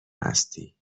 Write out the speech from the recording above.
هستی